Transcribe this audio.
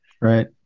Right